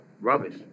Rubbish